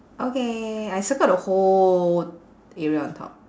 okay I circle the whole area on top